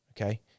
okay